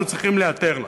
אנחנו צריכים להיעתר לה.